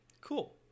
cool